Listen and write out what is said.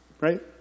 right